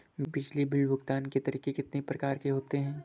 बिजली बिल भुगतान के तरीके कितनी प्रकार के होते हैं?